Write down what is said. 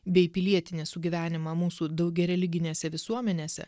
bei pilietinį sugyvenimą mūsų daugiareliginėse visuomenėse